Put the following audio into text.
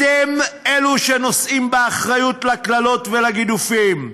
אתם אלה שנושאים באחריות לקללות ולגידופים.